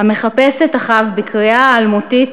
המחפש את אחיו בקריאה האלמותית